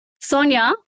Sonia